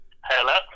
Hello